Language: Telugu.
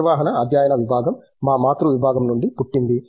నిర్వహణ అధ్యయన విభాగం ఈ మాతృ విభాగం నుండి పుట్టింది